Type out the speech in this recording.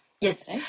Yes